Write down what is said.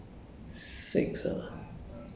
today I will wake up around